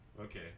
Okay